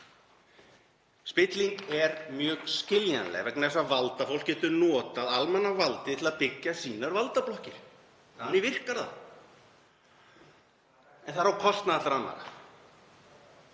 Spilling er mjög skiljanleg vegna þess að valdafólk getur notað almannavaldið til að byggja sínar valdablokkir. Þannig virkar það. En það er á kostnað allra annarra.